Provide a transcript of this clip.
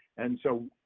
and so,